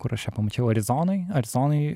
kur aš ją pamačiau arizonoj arizonoj